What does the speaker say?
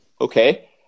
Okay